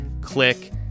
click